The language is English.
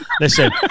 listen